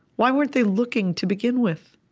why weren't they looking to begin with?